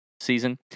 Season